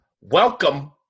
welcome